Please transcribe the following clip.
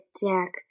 Jack